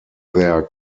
their